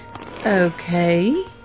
Okay